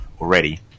already